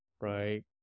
right